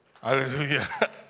Hallelujah